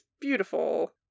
beautiful